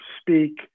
speak